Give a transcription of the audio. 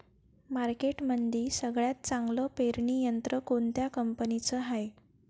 मार्केटमंदी सगळ्यात चांगलं पेरणी यंत्र कोनत्या कंपनीचं हाये?